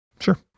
sure